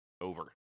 over